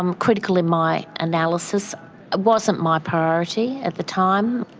um critical in my analysis. it wasn't my priority at the time.